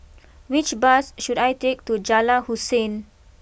which bus should I take to Jalan Hussein